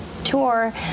tour